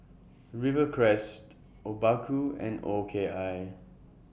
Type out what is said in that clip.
Rivercrest Obaku and O K I